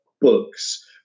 books